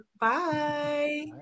Bye